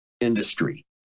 industry